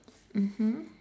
mmhmm